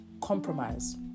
compromise